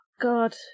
God